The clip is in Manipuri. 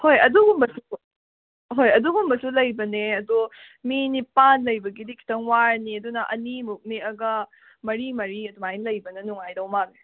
ꯍꯣꯏ ꯑꯗꯨꯒꯨꯝꯕꯁꯨ ꯍꯣꯏ ꯑꯗꯨꯒꯨꯝꯕꯁꯨ ꯂꯩꯕꯅꯦ ꯑꯗꯣ ꯃꯤ ꯅꯤꯄꯥꯟ ꯂꯩꯕꯒꯤꯗꯤ ꯈꯤꯇꯪ ꯋꯥꯔꯅꯤ ꯑꯗꯨꯅ ꯑꯅꯤꯃꯨꯛ ꯅꯦꯛꯑꯒ ꯃꯔꯤ ꯃꯔꯤ ꯑꯗꯨꯃꯥꯏꯅ ꯂꯩꯕꯅ ꯅꯨꯡꯉꯥꯏꯗꯧ ꯃꯥꯜꯂꯦ